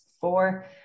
four